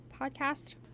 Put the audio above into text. podcast